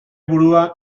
burua